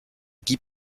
guy